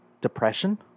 depression